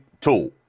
tool